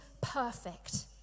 perfect